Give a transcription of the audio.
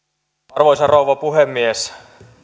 arvoisa rouva puhemies